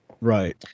right